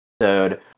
episode